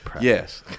yes